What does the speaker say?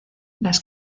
las